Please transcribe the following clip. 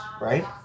right